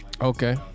Okay